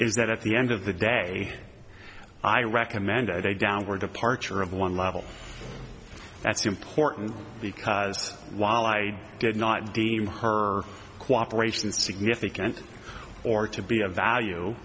is that at the end of the day i recommended a downward departure of one level that's important because while i did not deem her cooperation significant or to be of value